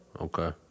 Okay